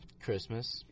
Christmas